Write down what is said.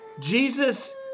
Jesus